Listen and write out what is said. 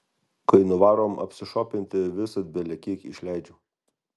kai nuvarom apsišopinti visad belekiek išleidžiam